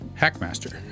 Hackmaster